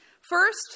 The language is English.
First